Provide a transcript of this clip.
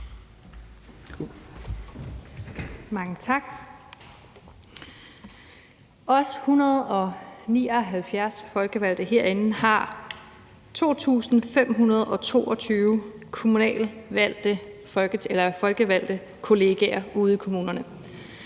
Mange tak. Vi 179 folkevalgte herinde har 2.522 kommunalt folkevalgte kollegaer ude i kommunerne.